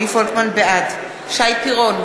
בעד שי פירון,